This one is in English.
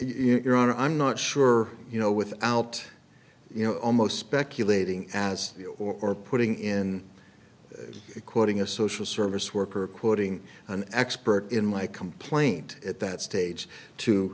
you're on i'm not sure you know without you know almost speculating as you or putting in quoting a social service worker quoting an expert in my complaint at that stage to